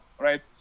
right